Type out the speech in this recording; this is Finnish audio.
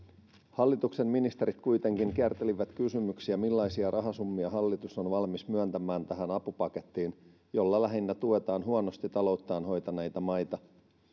hallituksen ministerit kuitenkin kiertelivät kysymyksiä siitä millaisia rahasummia hallitus on valmis myöntämään tähän apupakettiin jolla lähinnä tuetaan huonosti talouttaan hoitaneita maita